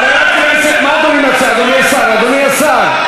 חברי הכנסת, אדוני השר,